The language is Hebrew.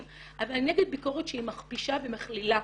אבל אני נגד ביקורת שהיא מכפישה והיא מכלילה.